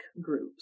groups